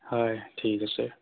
হয় ঠিক আছে